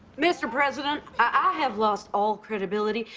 mr. president, i have lost all credibility.